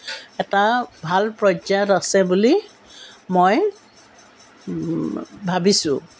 এটা ভাল পৰ্যায়ত আছে বুলি মই ভাবিছোঁ